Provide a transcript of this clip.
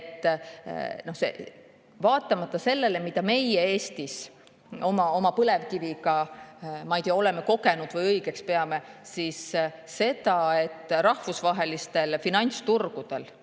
Vaatamata sellele, mida meie Eestis oma põlevkiviga, ma ei tea, oleme kogenud või õigeks peame, siis seda, et rahvusvahelistel finantsturgudel